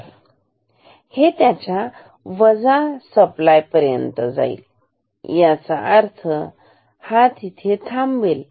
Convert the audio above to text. तर हे त्याच्या वजा सप्लाय पर्यंत जाईल याचा अर्थ हा तिथे थांबेल